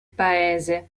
paese